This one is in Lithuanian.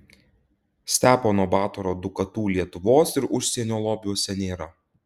stepono batoro dukatų lietuvos ir užsienio lobiuose nėra